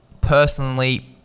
Personally